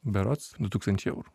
berods du tūkstančiai eurų